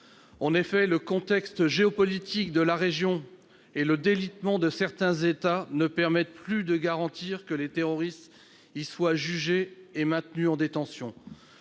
En effet, le contexte géopolitique de la région et le délitement de certains États ne permettent plus de garantir que les terroristes y soient jugés et maintenus en détention.